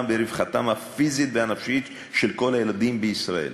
ורווחתם הפיזית והנפשית של כל הילדים בישראל.